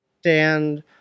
stand